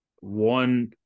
One